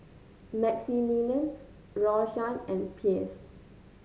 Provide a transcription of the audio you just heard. Maximilian Rashawn and Pierce